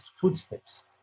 footsteps